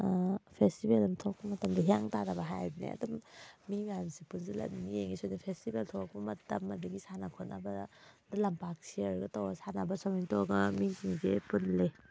festival ꯑꯃ ꯊꯣꯛꯂꯛꯄ ꯃꯇꯝꯗ ꯍꯤꯌꯥꯡ ꯇꯥꯟꯅꯕ ꯍꯥꯏꯔꯗꯤꯅꯦ ꯑꯗꯨꯝ ꯃꯤ ꯃꯌꯥꯝꯁꯦ ꯄꯨꯟꯁꯜꯂꯒ ꯑꯗꯨꯝ ꯌꯦꯡꯉꯦ ꯁꯤꯗ ꯐꯦꯁꯇꯤꯕꯦꯜ ꯊꯣꯛꯂꯛꯄ ꯃꯇꯝ ꯑꯗꯨꯗꯒꯤ ꯁꯥꯟꯅ ꯈꯣꯠꯅꯕꯗ ꯂꯝꯄꯥꯛ ꯁꯤꯌꯔꯒ ꯇꯧꯔꯒ ꯁꯥꯟꯅꯕ ꯁꯨꯃꯥꯏꯅ ꯇꯧꯔꯒ ꯃꯤꯁꯤꯡꯁꯦ ꯄꯨꯜꯂꯦ